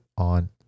on